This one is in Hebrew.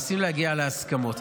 מנסים להגיע להסכמות.